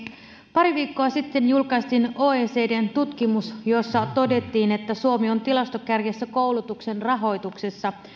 pari viikkoa sitten julkaistiin oecdn tutkimus jossa todettiin että suomi on tilastokärjessä koulutuksen rahoituksessa